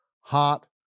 hot